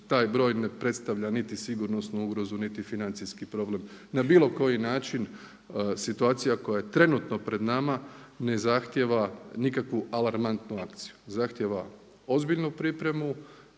taj broj ne predstavlja niti sigurnosnu ugrozu, niti financijski problem na bilo koji način. Situacija koja je trenutno pred nama ne zahtjeva nikakvu alarmantnu akciju. Zahtjeva ozbiljnu pripremu,